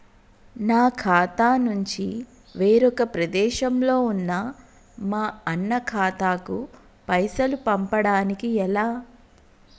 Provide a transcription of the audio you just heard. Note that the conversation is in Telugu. నా ఖాతా నుంచి వేరొక ప్రదేశంలో ఉన్న మా అన్న ఖాతాకు పైసలు పంపడానికి ఎలా?